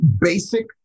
basic